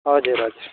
हजुर हजुर